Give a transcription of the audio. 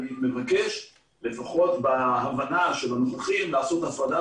אני מבקש לפחות בהבנה של הנוכחים לעשות הפרדה